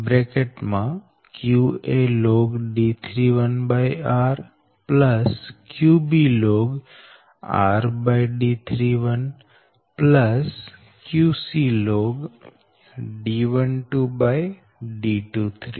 આ સમીકરણ 15 છે